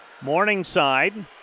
Morningside